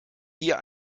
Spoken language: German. hier